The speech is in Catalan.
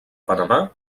panamà